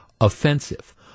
offensive